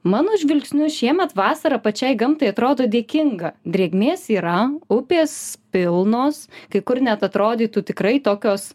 mano žvilgsniu šiemet vasarą pačiai gamtai atrodo dėkinga drėgmės yra upės pilnos kai kur net atrodytų tikrai tokios